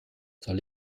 soll